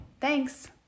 Thanks